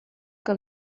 que